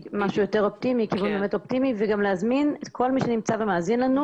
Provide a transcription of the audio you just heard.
כיוון באמת אופטימי וגם להזמין את כל מי שנמצא ומאזין לנו,